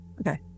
Okay